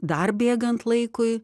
dar bėgant laikui